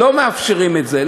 לא מאפשרים את זה.